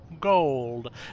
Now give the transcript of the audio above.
gold